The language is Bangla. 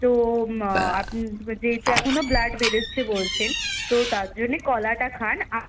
তো আপনি যেহেতু এখনো ব্লাড বেরোচ্ছে বলছেন তো তার জন্যে কলাটা খান